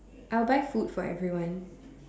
I'll buy food for everyone